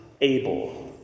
able